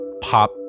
pop